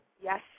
Yes